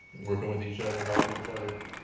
working with each other, helping each other.